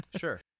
Sure